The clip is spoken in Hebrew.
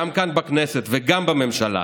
גם כאן בכנסת וגם בממשלה,